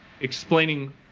explaining